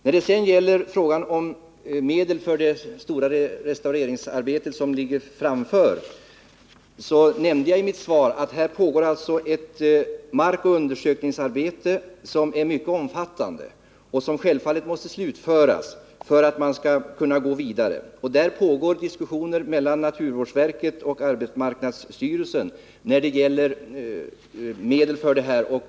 När det sedan gäller medel för det stora restaureringsarbete som ligger längre fram i tiden sade jag att det pågår mycket omfattande markoch grundundersökningar, som självfallet måste slutföras för att man därefter skall kunna gå vidare. Det pågår diskussioner mellan naturvårdsverket och arbetsmarknadsstyrelsen angående medel för detta arbete.